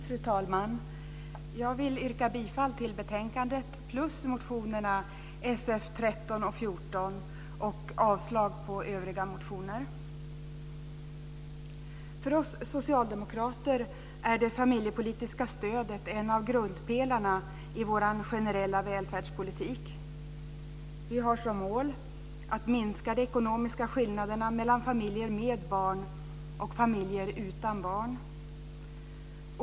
Fru talman! Jag vill yrka bifall till förslaget till riksdagsbeslut i betänkandet och motionerna Sf13 och För oss socialdemokrater är det familjepolitiska stödet en av grundpelarna i vår generella välfärdspolitik. Vi har som mål att minska de ekonomiska skillnaderna mellan familjer med barn och familjer utan barn.